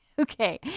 Okay